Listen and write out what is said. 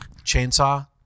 chainsaw